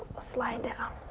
slide down.